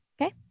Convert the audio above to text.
Okay